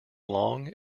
long